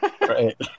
Right